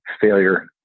failure